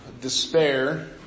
despair